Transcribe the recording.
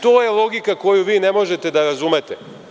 To je logika koju vi ne možete da razumete.